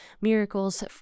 miracles